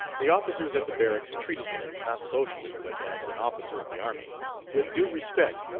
the officers at the barracks treated him not socially, but as an officer of the army with due respect,